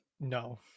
No